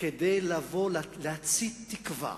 כדי להצית תקווה